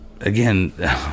Again